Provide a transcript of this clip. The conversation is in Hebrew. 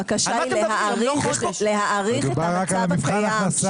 לא, הבקשה היא להאריך את המצב הקיים.